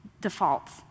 defaults